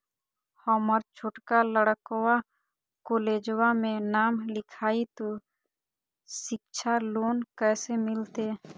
हमर छोटका लड़कवा कोलेजवा मे नाम लिखाई, तो सिच्छा लोन कैसे मिलते?